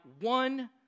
one